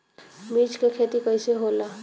मिर्च के खेती कईसे होला?